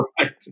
Right